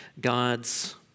God's